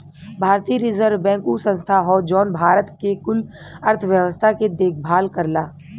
भारतीय reserve bank उ संस्था हौ जौन भारत के कुल अर्थव्यवस्था के देखभाल करला